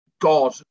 God